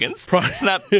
Snap